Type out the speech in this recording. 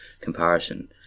comparison